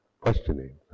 questioning